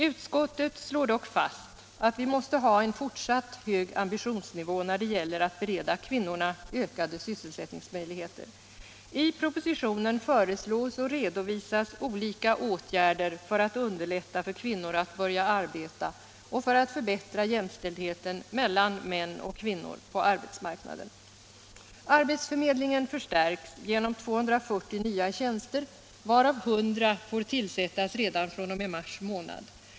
Utskottet slår dock fast att vi måste ha en fortsatt hög ambitionsnivå när det gäller att bereda kvinnorna ökade sysselsättningsmöjligheter. I propositionen föreslås och redovisas olika åtgärder för att underlätta för kvinnor att börja arbeta och för att förbättra jämställdheten mellan män och kvinnor på arbetsmarknaden. Arbetsförmedlingen förstärks genom 240 nya tjänster, varav 100 får tillsättas redan fr.o.m. mars månad.